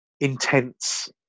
intense